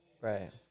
Right